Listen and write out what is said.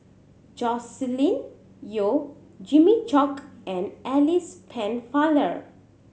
Joscelin Yeo Jimmy Chok and Alice Pennefather